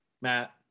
Matt